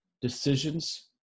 decisions